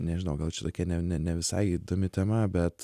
nežinau gal čia tokia ne ne ne visai įdomi tema bet